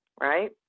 right